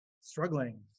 struggling